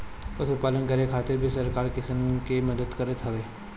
पशुपालन करे खातिर भी सरकार किसान के मदद करत हवे